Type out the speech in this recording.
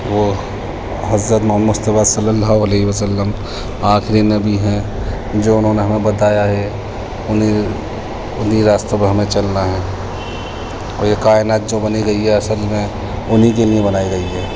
وہ حضرت محمد مصطفیٰ صلی اللہ علیہ وسلم آخری نبی ہیں جو انہوں نے ہمیں بتایا ہے انہی انہی راستوں پر ہمیں چلنا ہیں اور یہ کائنات جو بنی گئی ہے اصل میں انہی کے لیے بنائی گئی ہے